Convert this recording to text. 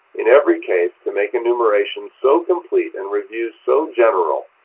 in every case to make enumerations so complete and reviews so general,